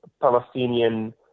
Palestinian